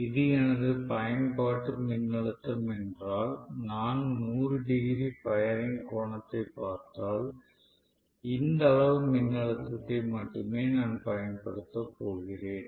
இது எனது பயன்பாட்டு மின்னழுத்தம் என்றால் நான் 100 டிகிரி பயரிங் கோணத்தைப் பார்த்தால் இந்த அளவு மின்னழுத்தத்தை மட்டுமே நான் பயன்படுத்தப் போகிறேன்